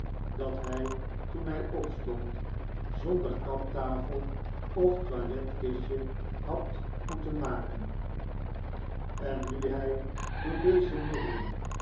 dat hij toen hij opstond zonder kaptafel of toiletkistje had moeten maken en nu hij door deze middelen